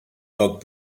dog